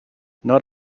not